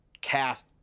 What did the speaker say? cast